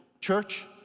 church